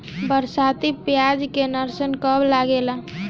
बरसाती प्याज के नर्सरी कब लागेला?